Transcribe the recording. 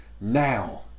Now